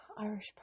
Irish